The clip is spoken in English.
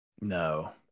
no